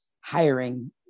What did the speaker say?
hiring